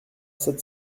sept